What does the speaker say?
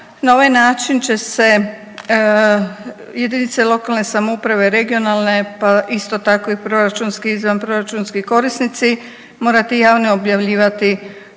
Na ovaj način će se jedinice lokalne samouprave, regionalne pa isto tako i proračunski i izvanproračunski korisnici morate javno objavljivati